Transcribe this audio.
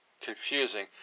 confusing